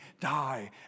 die